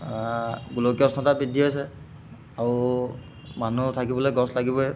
গোলকীয় উষ্ণতা বৃদ্ধি হৈছে আৰু মানুহ থাকিবলৈ গছ লাগিবই